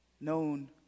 known